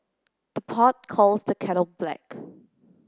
the pot calls the kettle black